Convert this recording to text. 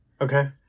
Okay